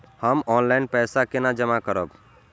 हम ऑनलाइन पैसा केना जमा करब?